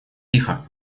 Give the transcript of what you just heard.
тихо